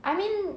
I mean